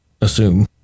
assume